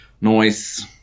Noise